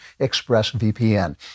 ExpressVPN